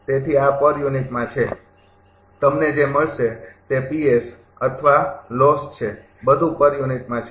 તેથી આ પર યુનિટમાં છે તમને જે મળશે તે અથવા લોસ છે બધું પર યુનિટમાં છે